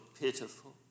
pitiful